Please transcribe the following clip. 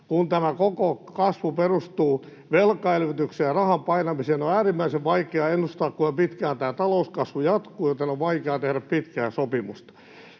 kun tämä koko kasvu perustuu velkaelvytykseen ja rahan painamiseen, on äärimmäisen vaikea ennustaa, kuinka pitkään tämä talouskasvu jatkuu, joten on vaikeaa tehdä pitkää sopimusta.